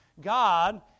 God